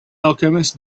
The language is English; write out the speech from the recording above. alchemists